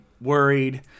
worried